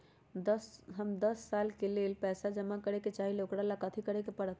हम दस साल के लेल पैसा जमा करे के चाहईले, ओकरा ला कथि करे के परत?